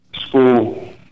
school